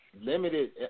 limited